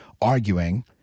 arguing